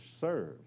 serve